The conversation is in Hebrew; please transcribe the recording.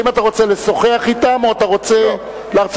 האם אתה רוצה לשוחח אתם או אתה רוצה להרצות?